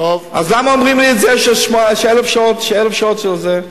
אז למה אומרים ש-1,000 שעות של זה?